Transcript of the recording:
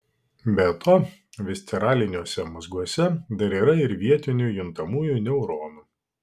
be to visceraliniuose mazguose dar yra ir vietinių juntamųjų neuronų